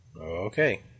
Okay